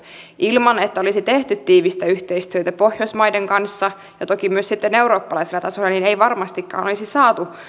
ilman että olisi tehty tiivistä yhteistyötä pohjoismaiden kanssa ja toki myös sitten eurooppalaisella tasolla ei varmastikaan olisi saatu